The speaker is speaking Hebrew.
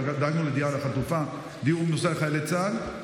דאגנו לדירה לחטופה ולדיור מוזל לחיילי צה"ל.